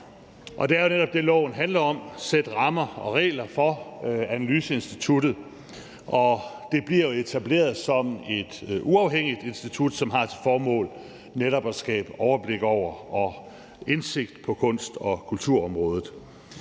Det er netop det, loven handler om: at sætte rammer og regler for analyseinstituttet. Det bliver jo etableret som et uafhængigt institut, som har til formål netop at skabe overblik over og indsigt på kunst- og kulturområdet.